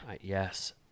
yes